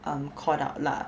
um called out lah